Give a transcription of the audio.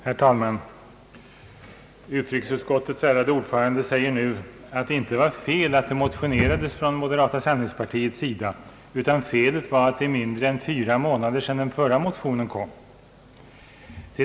Herr talman! Utrikesutskottets ärade ordförande säger nu att det inte är något fel att moderata samlingspartiet motionerat. Felet skulle vara att det är mindre än fyra månader sedan den förra motionen väcktes.